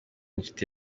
inshuti